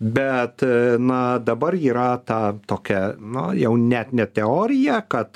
bet na dabar yra ta tokia na jau net ne teorija kad